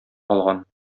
алган